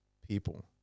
People